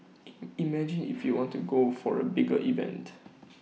in imagine if we want to go for A bigger event